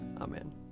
Amen